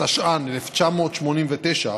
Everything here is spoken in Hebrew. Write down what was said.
התש"ן 1989,